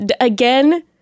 again